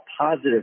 positive